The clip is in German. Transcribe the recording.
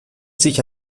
sich